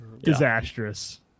disastrous